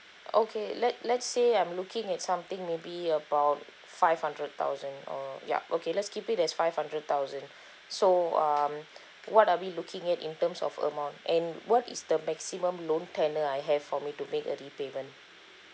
okay let let's say I'm looking at something maybe about five hundred thousand or yup okay the keep it as five hundred thousand so um what are we looking at in terms of amount and what is the maximum loan tenure I have for me to make a repayment